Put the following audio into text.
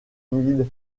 mille